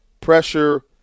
pressure